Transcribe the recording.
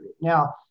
Now